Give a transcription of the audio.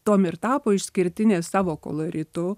tuom ir tapo išskirtinė savo koloritu